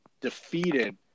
defeated